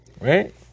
Right